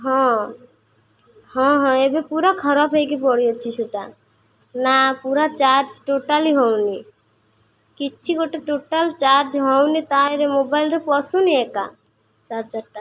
ହଁ ହଁ ହଁ ଏବେ ପୁରା ଖରାପ ହେଇକି ପଡ଼ିଅଛି ସେଇଟା ନା ପୁରା ଚାର୍ଜ ଟୋଟାଲି ହଉନି କିଛି ଗୋଟେ ଟୋଟାଲ ଚାର୍ଜ ହଉନି ତାଏରେ ମୋବାଇଲରେ ପଶୁନି ଏକା ଚାର୍ଜରଟା